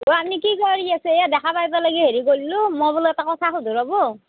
অ' আপনি কি কৰি আছেহে দেখা পাই পেলাই হেৰি কৰিলোঁ মই বোলো এটা কথা সোধো ৰ'ব